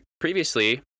previously